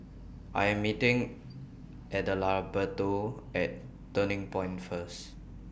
I Am meeting Adalberto At Turning Point First